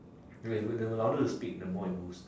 wait with with the louder you speak the more it boosts